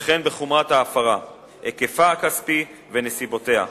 וכן בחומרת ההפרה, היקפה הכספי ונסיבותיה.